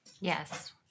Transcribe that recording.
Yes